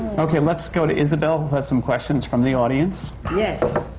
okay, let's go to isabelle, who has some questions from the audience. yes!